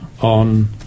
on